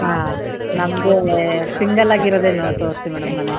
ಹಾಂ ನಮಗೆ ಸಿಂಗಲಾಗಿ ಇರೋದೇ ನೋ ತೋರಿಸಿ ಮೇಡಮ್ ಮನೆ